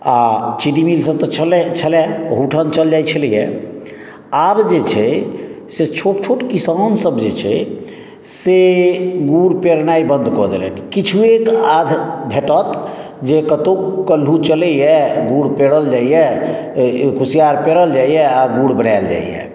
आ चीनी मील सभ तऽ छलाहे ओहिठाम चलि जाइत छलैया आब जे छै से छोट छोट किसान सभ जे छै से गुड़ पेरनाइ बन्द कऽ देलथि किछुएक आध भेटत जे कतौ कल्हु चलैया गुड़ पेरल जाइया कुशियार पेरल जाइया आ गुड़ बनायल जाइया